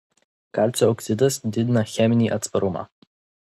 kalcio oksidas didina cheminį atsparumą